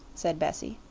said bessie.